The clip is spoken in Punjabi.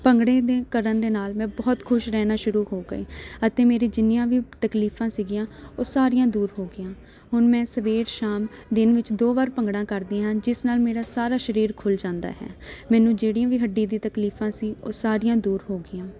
ਭੰਗੜੇ ਦੇ ਕਰਨ ਦੇ ਨਾਲ ਮੈਂ ਬਹੁਤ ਖੁਸ਼ ਰਹਿਣਾ ਸ਼ੁਰੂ ਹੋ ਗਈ ਅਤੇ ਮੇਰੇ ਜਿੰਨੀਆਂ ਵੀ ਤਕਲੀਫਾਂ ਸੀਗੀਆਂ ਉਹ ਸਾਰੀਆਂ ਦੂਰ ਹੋ ਗਈਆਂ ਹੁਣ ਮੈਂ ਸਵੇਰ ਸ਼ਾਮ ਦਿਨ ਵਿੱਚ ਦੋ ਵਾਰ ਭੰਗੜਾ ਕਰਦੀ ਹਾਂ ਜਿਸ ਨਾਲ ਮੇਰਾ ਸਾਰਾ ਸਰੀਰ ਖੁੱਲ੍ਹ ਜਾਂਦਾ ਹੈ ਮੈਨੂੰ ਜਿਹੜੀ ਵੀ ਹੱਡੀ ਦੀ ਤਕਲੀਫਾਂ ਸੀ ਉਹ ਸਾਰੀਆਂ ਦੂਰ ਹੋ ਗਈਆਂ